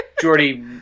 Jordy